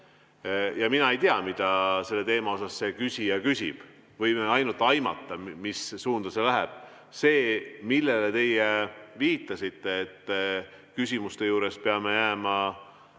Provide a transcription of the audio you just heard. Ja mina ei tea, mida selle teema kohta see küsija küsib. Võime ainult aimata, mis suunda see läheb. See, millele teie viitasite, et küsimuste juures peame jääma